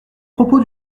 propos